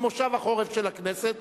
במושב החורף של הכנסת,